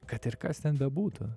kad ir kas ten bebūtų